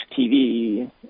TV